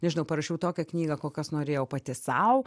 nežinau parašiau tokią knygą kokios norėjau pati sau